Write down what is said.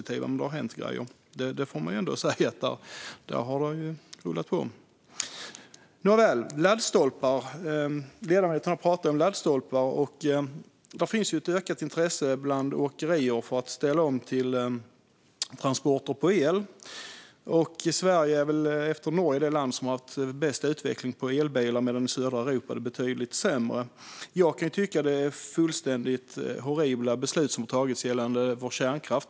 Men visst har det hänt grejer. Det får man ändå säga. Det har rullat på. Ledamoten pratar om laddstolpar. Det finns ett ökat intresse bland åkerier för att ställa om till transporter på el. Sverige är väl efter Norge det land som haft bäst utveckling för elbilar. I södra Europa är det betydligt sämre. Jag kan tycka att det är fullständigt horribla beslut som har tagits gällande vår kärnkraft.